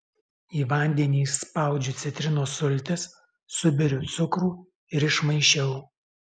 į vandenį išspaudžiu citrinos sultis suberiu cukrų ir išmaišiau